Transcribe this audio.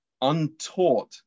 untaught